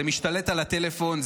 זה משתלט על הטלפון,